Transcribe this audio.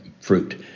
fruit